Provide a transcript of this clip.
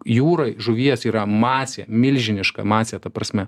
jūroj žuvies yra masė milžiniška masė ta prasme